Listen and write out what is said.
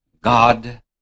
God